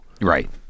Right